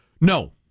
No